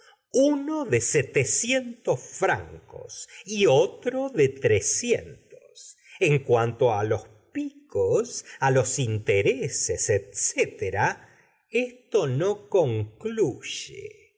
uno de francos y otro de en cuanto á los picos á los intereses etcétera esto no concluye